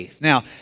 Now